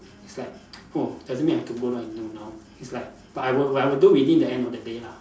it's like oh does it mean I have to go down and do now it's like but I will I will do within the end of the day lah